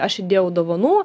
aš įdėjau dovanų